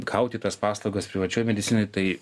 gauti tas paslaugas privačioj medicinoj tai